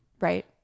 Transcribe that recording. Right